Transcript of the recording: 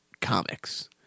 comics